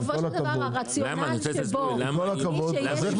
בסופו של דבר הרציונל שלו שיש לו כוח שוק,